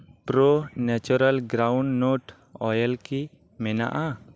ᱯᱨᱳ natural groundnut oil ᱠᱤ ᱢᱮᱱᱟᱜ ᱟ